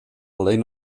alleen